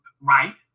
right